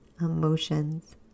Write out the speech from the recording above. emotions